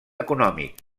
econòmic